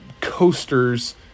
coasters